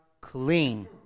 clean